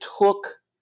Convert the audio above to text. took